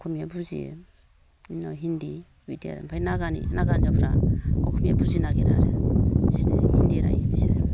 असमिया बुजियो बिनि उनाव हिन्दि इदि आरो ओमफ्राय नागानि नागा हिनजावफ्रा असमिया बुजिनो नागिराआरो इसोर हिन्दि रायो इसोरो